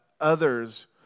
others